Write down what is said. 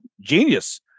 genius